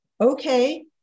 Okay